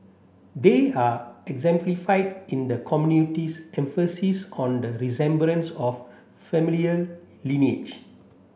they are exemplified in the community's emphasis on the resemblance of familial lineage